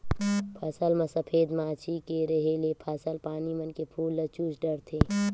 फसल म सफेद मांछी के रेहे ले फसल पानी मन के फूल ल चूस डरथे